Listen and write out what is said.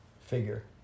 figure